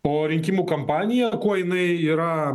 o rinkimų kampanija kuo jinai yra